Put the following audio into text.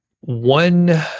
One